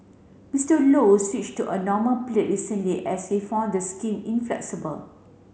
Mister Low switched to a normal plate recently as he found the scheme inflexible